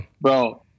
bro